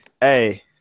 Hey